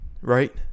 right